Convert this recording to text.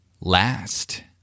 Last